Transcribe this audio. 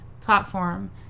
platform